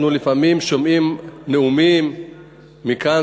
אנחנו לפעמים שומעים נאומים מכאן,